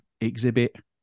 exhibit